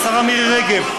השרה מירי רגב,